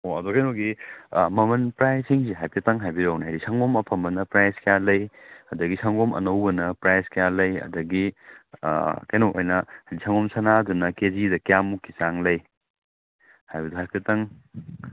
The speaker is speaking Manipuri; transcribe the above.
ꯑꯣ ꯑꯗꯣ ꯀꯩꯅꯣꯒꯤ ꯃꯃꯜ ꯄ꯭ꯔꯥꯏꯖꯁꯤꯡꯁꯦ ꯍꯥꯏꯐꯦꯠꯇꯪ ꯍꯥꯏꯕꯤꯔꯛꯎꯅꯦ ꯍꯥꯏꯗꯤ ꯁꯪꯒꯣꯝ ꯑꯐꯝꯕꯅ ꯄ꯭ꯔꯥꯏꯖ ꯀꯌꯥ ꯂꯩ ꯑꯗꯒꯤ ꯁꯪꯒꯣꯝ ꯑꯅꯧꯕꯅ ꯄ꯭ꯔꯥꯏꯖ ꯀꯌꯥ ꯂꯩ ꯑꯗꯒꯤ ꯀꯩꯅꯣ ꯑꯣꯏꯅ ꯁꯪꯒꯣꯝ ꯁꯥꯅꯥꯗꯨꯅ ꯀꯦꯖꯤꯗ ꯀꯌꯥꯃꯨꯛꯀꯤ ꯆꯥꯡ ꯂꯩ ꯍꯥꯏꯐꯦꯠꯇꯪ